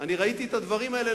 אני ראיתי את הדברים האלה,